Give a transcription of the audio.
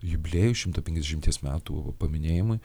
jubiliejų šimto penkiasdešimties metų paminėjimui